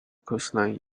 coastline